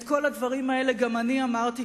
את כל הדברים האלה גם אני אמרתי,